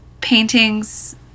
paintings